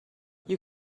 you